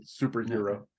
superhero